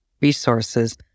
resources